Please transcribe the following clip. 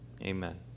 Amen